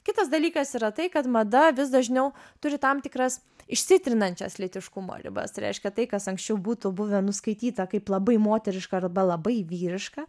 kitas dalykas yra tai kad mada vis dažniau turi tam tikras išsitrinančias lytiškumo ribas reiškia tai kas anksčiau būtų buvę nuskaityta kaip labai moteriška arba labai vyriška